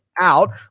out